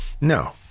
No